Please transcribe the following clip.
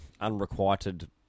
unrequited